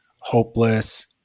hopeless